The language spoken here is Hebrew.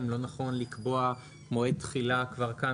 אם לא נכון לקבוע מועד תחילה כבר כאן